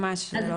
ממש לא.